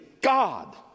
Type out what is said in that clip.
God